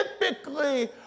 typically